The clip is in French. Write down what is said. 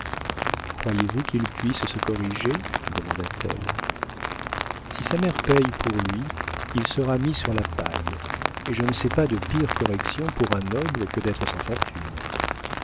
croyez-vous qu'il puisse se corriger demanda-t-elle si sa mère paye pour lui il se sera mis sur la paille et je ne sais pas de pire correction pour un noble que d'être sans fortune